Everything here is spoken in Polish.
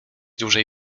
dłużej